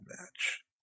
match